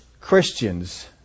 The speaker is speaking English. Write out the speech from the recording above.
Christians